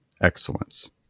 excellence